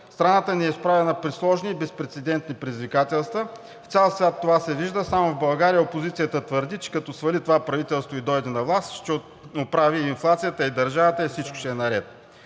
Страната ни е изправена пред сложни и безпрецедентни предизвикателства. В цял свят това се вижда, само в България опозицията твърди, че като свали това правителство и дойде на власт, ще оправи инфлацията, държавата и всичко ще е наред.